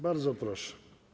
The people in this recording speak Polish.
Bardzo proszę.